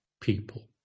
people